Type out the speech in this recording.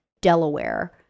delaware